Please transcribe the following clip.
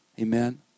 Amen